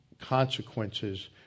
consequences